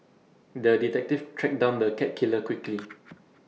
the detective tracked down the cat killer quickly